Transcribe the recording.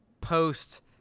post